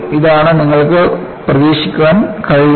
ഇതാണ് നിങ്ങൾക്ക് പ്രതീക്ഷിക്കാൻ കഴിയുന്നത്